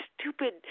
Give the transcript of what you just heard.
stupid